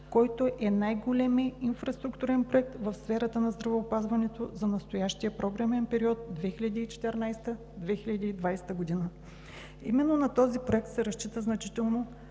който е най-големият инфраструктурен проект в сферата на здравеопазването за настоящия програмен период 2014 – 2020 г. Именно на този проект се разчита значително,